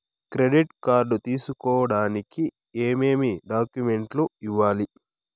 credit card తీసుకోడానికి ఏమేమి డాక్యుమెంట్లు ఇవ్వాలి